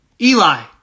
Eli